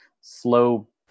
slow